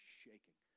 shaking